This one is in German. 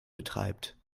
betreibt